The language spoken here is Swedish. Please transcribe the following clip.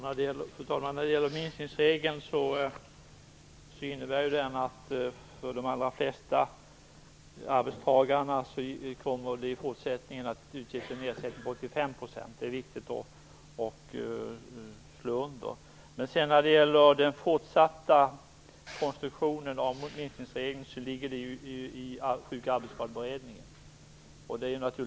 Fru talman! Minskningsreglerna innebär för de allra flesta arbetstagare att ersättning kommer att utgå med 85 %. Det är viktigt att slå fast. Den fortsatta konstruktionen skall Sjuk och arbetsskadekommittén se på.